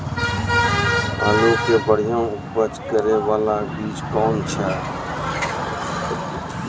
आलू के बढ़िया उपज करे बाला बीज कौन छ?